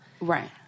Right